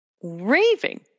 raving